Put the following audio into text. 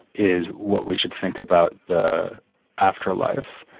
is what we should think about the afterlife,